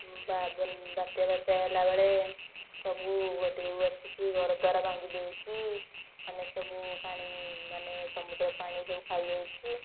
ବାତ୍ୟାଫାତ୍ୟା ହେଲା ବେଳେ ସବୁ ଢ଼େଉ ଆସିକି ଘର ଦ୍ୱାର ଭାଙ୍ଗି ଦେଉଛି ମାନେ ସବୁ ପାଣି ମାନେ ସମୁଦ୍ର ପାଣି ସବୁ ଖାଇଯାଉଛି